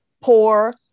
poor